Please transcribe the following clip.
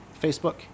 Facebook